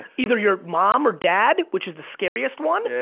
either your mom or dad, which is the scariest one,